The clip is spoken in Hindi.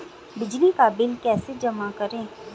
बिजली का बिल कैसे जमा करें?